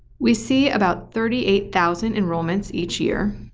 we see about thirty eight thousand enrollments each year.